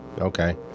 Okay